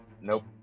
Nope